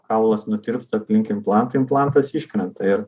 kaulas nutirptų aplink implantą implantas iškrenta ir